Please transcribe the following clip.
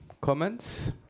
Comments